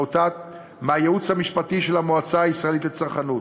מהייעוץ המשפטי של המועצה הישראלית לצרכנות.